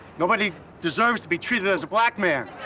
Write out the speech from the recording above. nobody deserves to be treated as a black man.